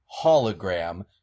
hologram